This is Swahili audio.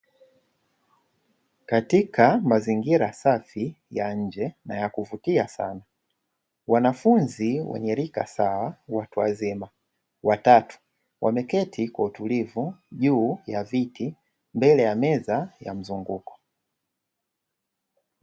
Katika mazingira safi ya nje na ya kuvutia sana, wanafunzi wenye rika sawa watu wazima watatu, wameketi kwa utulivu juu ya viti mbele ya meza ya mzunguko.